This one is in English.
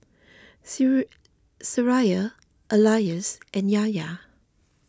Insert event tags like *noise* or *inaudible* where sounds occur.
*unintelligible* Syirah Elyas and Yahya